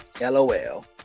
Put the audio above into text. LOL